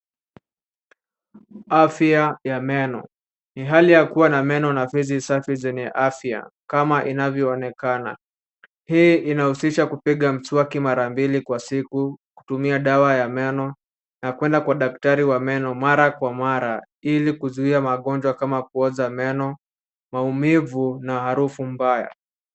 Afya ya meno. Ni hali ya kuwa na meno na fizi safi zenye afya kama inavyoonekana. Hii inahusisha kupiga mswaki mara mbili kwa siku, kutumia dawa ya meno na kuenda kwa daktari wa meno mara kwa mara ili kuzuia magonjwa kama kuoza meno, maumivu na harufu mbaya.